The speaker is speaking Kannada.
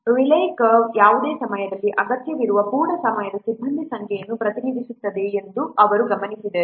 ರೇಲೈ ಕರ್ವ್ ಯಾವುದೇ ಸಮಯದಲ್ಲಿ ಅಗತ್ಯವಿರುವ ಪೂರ್ಣ ಸಮಯದ ಸಿಬ್ಬಂದಿ ಸಂಖ್ಯೆಯನ್ನು ಪ್ರತಿನಿಧಿಸುತ್ತದೆ ಎಂದು ಅವರು ಗಮನಿಸಿದರು